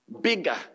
bigger